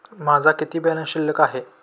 माझा किती बॅलन्स शिल्लक आहे?